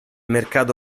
mercato